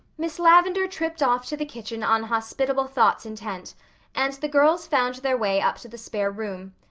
miss lavendar tripped off to the kitchen on hospitable thoughts intent and the girls found their way up to the spare room,